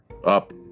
Up